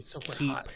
keep